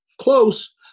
close